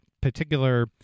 particular